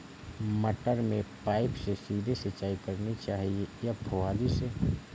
मटर में पाइप से सीधे सिंचाई करनी चाहिए या फुहरी से?